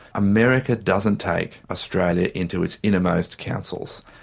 america doesn't take australia into its innermost councils,